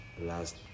last